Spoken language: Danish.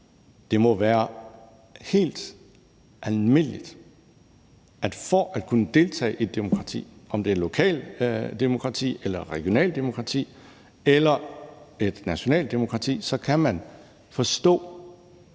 det må være helt almindeligt, at man for at kunne deltage i et demokrati, om det er et lokalt demokrati, regionalt demokrati eller et nationalt demokrati, kan forstå,